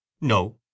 No